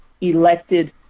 elected